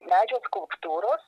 medžio skulptūros